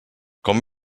com